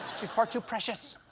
she is far too precious!